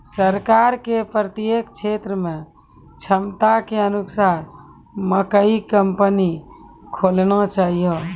सरकार के प्रत्येक क्षेत्र मे क्षमता के अनुसार मकई कंपनी खोलना चाहिए?